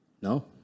No